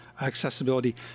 accessibility